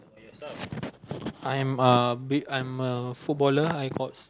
I'm a be~ I'm a footballer I got